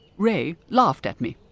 ray laughed at me.